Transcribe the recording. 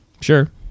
Sure